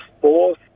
fourth